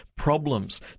problems